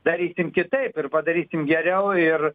darysim kitaip ir padarysim geriau ir